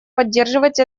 поддерживать